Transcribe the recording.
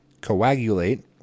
Coagulate